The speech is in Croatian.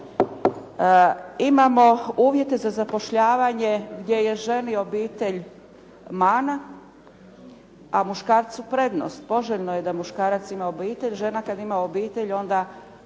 Imamo uvjete za zapošljavanje gdje je ženi obitelj mana, a muškarcu prednost. Poželjno je da muškarac ima obitelj, žena kad ima obitelj onda su